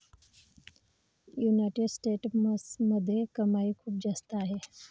United स्टेट्समध्ये कमाई खूप जास्त आहे